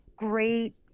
Great